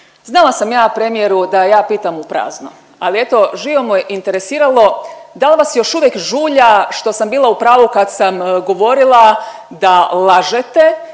Znala sam ja premijeru da ja pitam u prazno, ali živo me interesiralo dal vas još uvijek žulja što sam bila u pravu kad sam govorila da lažete